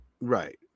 Right